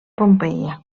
pompeia